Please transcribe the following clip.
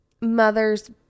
mothers